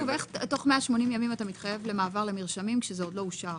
איך תוך 180 יום אתה מתחייב למעבר למרשמים כשזה עוד לא אושר?